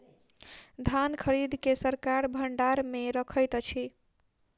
धान खरीद के सरकार भण्डार मे रखैत अछि